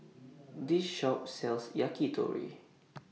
This Shop sells Yakitori